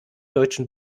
deutschen